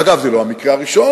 אגב, זה לא המקרה הראשון.